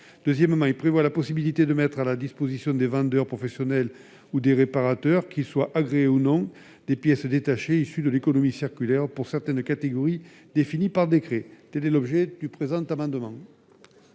Ensuite, il vise la possibilité de mettre à la disposition des vendeurs professionnels ou des réparateurs, qu'ils soient agréés ou non, des pièces détachées issues de l'économie circulaire pour certaines catégories définies par décret. L'amendement